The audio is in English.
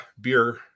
beer